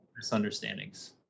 misunderstandings